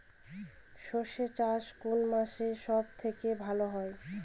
সর্ষে চাষ কোন মাসে সব থেকে ভালো হয়?